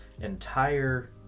entire